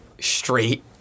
straight